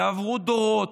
יעברו דורות,